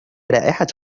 رائحة